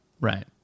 right